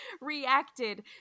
reacted